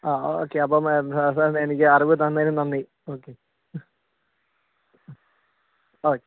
ആ ഓക്കെ അപ്പം സാറെ എനിക്ക് അറിവ് തന്നതിന് നന്ദി ഓക്കെ